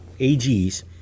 AGs